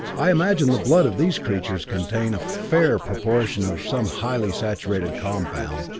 i imagine the blood of these creatures contains a fair proportion of some highly saturated compound,